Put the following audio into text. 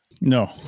No